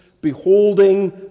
beholding